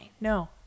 No